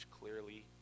clearly